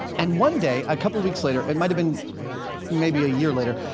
and one day, a couple of weeks later, it might have been maybe a year later,